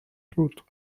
بود